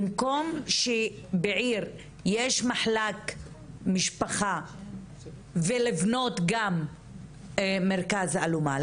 במקום שבעיר יהיה מחלק משפחה ולבנות בה גם מרכז אלומה,